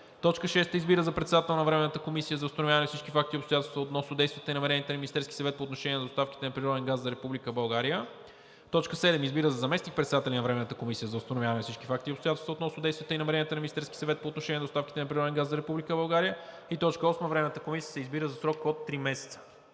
6. Избира за председател на Временната комисия за установяване на всички факти и обстоятелства относно действията и намеренията на Министерския съвет по отношение на доставките на природен газ за Република България … 7. Избира за заместник-председатели на Временната комисия за установяване на всички факти и обстоятелства относно действията и намеренията на Министерския съвет по отношение на доставките на природен газ за Република България … 8. Временната комисия се избира за срок от три месеца.“